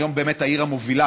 היום באמת העיר המובילה,